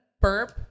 burp